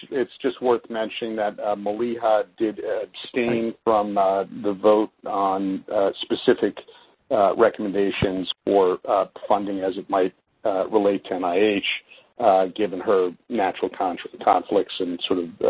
it's just worth mentioning that maliha did abstain from the vote on specific recommendations for funding, as it might relate to nih given her natural conflicts conflicts and, sort of,